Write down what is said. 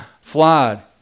flawed